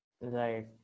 Right